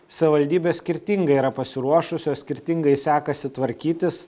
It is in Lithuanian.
savivaldybės skirtingai yra pasiruošusios skirtingai sekasi tvarkytis